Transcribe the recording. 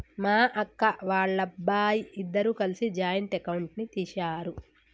మా అక్క, వాళ్ళబ్బాయి ఇద్దరూ కలిసి జాయింట్ అకౌంట్ ని తీశారు